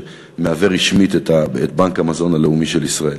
שמהווה רשמית את בנק המזון הלאומי של ישראל.